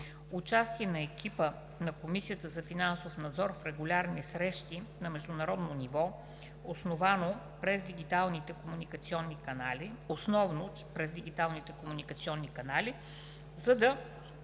участие на екипа на Комисията за финансов надзор в регулярни срещи на международно ниво, основно през дигиталните комуникационни канали, за да